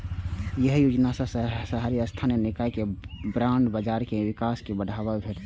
एहि योजना सं शहरी स्थानीय निकाय के बांड बाजार के विकास कें बढ़ावा भेटतै